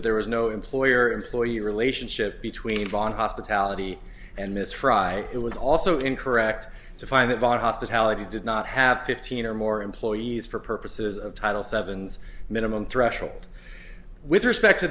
that there was no employer employee relationship between von hospitality and mr fry it was also incorrect to find that our hospitality did not have fifteen or more employees for purposes of title seven's minimum threshold with respect to